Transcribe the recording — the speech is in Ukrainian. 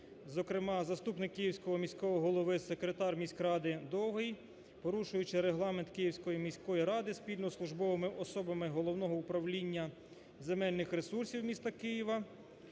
зокрема, заступник Київського міського голови, секретар міськради Довгий, порушуючи регламент Київської міської ради, спільно із службовими особами Головного управління земельних ресурсів міста Києва